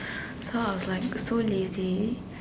so I was like so lazy